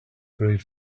buried